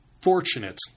fortunate